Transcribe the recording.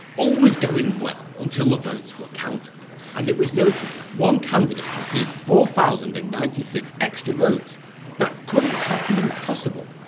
all was going well until the votes were counted and it was noticed that one candidate received four thousand and ninety six extra votes that couldn't have been possible,